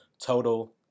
total